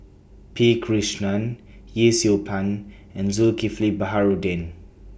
P Krishnan Yee Siew Pun and Zulkifli Baharudin